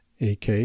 AK